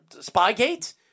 Spygate